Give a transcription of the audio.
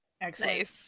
Excellent